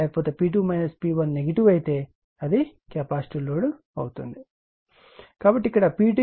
లేకపోతే P2 P1 negative అయితే అది కెపాసిటివ్ లోడ్ అవుతుంది